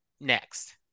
next